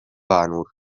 vanur